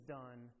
done